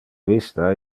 vista